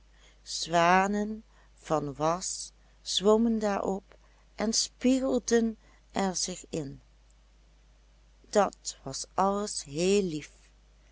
zwanen van was zwommen daarop en spiegelden er zich in dat was alles heel lief